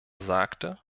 sagte